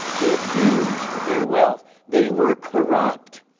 they abused their wealth, they were corrupt.